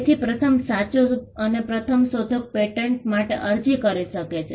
તેથી પ્રથમ સાચો અને પ્રથમ શોધક પેટન્ટ માટે અરજી કરી શકે છે